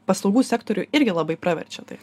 paslaugų sektoriui irgi labai praverčia tai